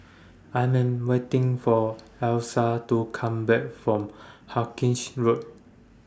I'm waiting For Alysa to Come Back from Hawkinge Road